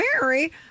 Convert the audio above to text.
Mary